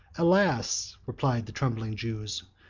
alas! replied the trembling jews,